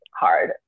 hard